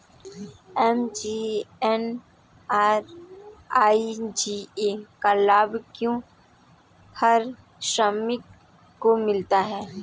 MGNREGA का लाभ क्या हर श्रमिक को मिलता है?